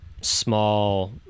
small